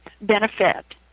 benefit